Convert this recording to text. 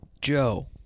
Joe